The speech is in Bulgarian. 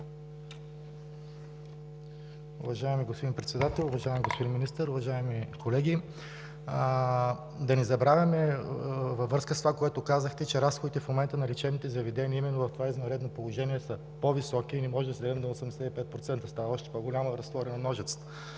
Уважаеми господин Председател, уважаеми господин Министър, уважаеми колеги! Да не забравяме, във връзка с това, което казахте, че в момента разходите на лечебните заведения именно в това извънредно положение са по-високи и не може да ги сведем до 85% – става още по-голямо разтваряне на ножицата.